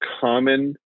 common